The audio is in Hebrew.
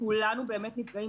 כולנו נפגעים,